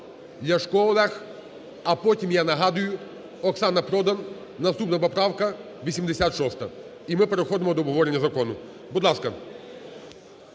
Ляшко Олег. А потім, я нагадую, Оксана Продан наступна поправка 86, і ми переходимо до обговорення закону. Будь ласка.